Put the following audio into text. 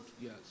Yes